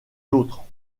l’autre